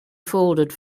folded